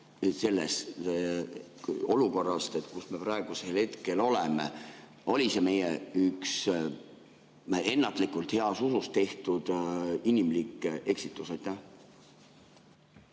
selles olukorras, kus me praegusel hetkel oleme? Kas see oli meie üks ennatlikult heas usus tehtud inimlik eksitus?